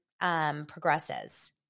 progresses